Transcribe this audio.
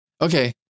Okay